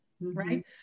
right